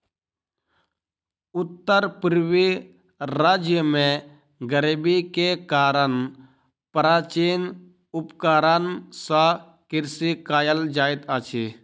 उत्तर पूर्वी राज्य में गरीबी के कारण प्राचीन उपकरण सॅ कृषि कयल जाइत अछि